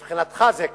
מבחינתך זה כך,